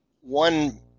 one